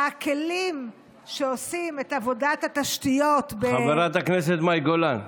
הכלים שעושים את עבודת התשתיות חברת הכנסת מאי גולן,